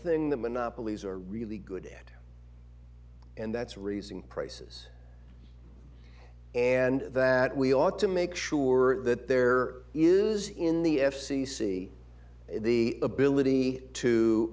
thing that monopolies are really good at and that's raising prices and that we ought to make sure that there is in the f c c the ability to